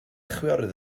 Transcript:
chwiorydd